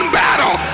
battle